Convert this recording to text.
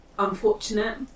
unfortunate